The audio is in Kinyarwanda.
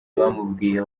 bamubwiye